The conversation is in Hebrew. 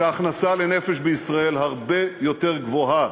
שההכנסה לנפש בישראל הרבה יותר גבוהה.